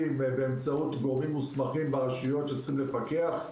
באמצעות גורמים מוסמכים ברשויות שצריכים לפקח.